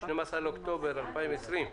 12 באוקטובר 2020,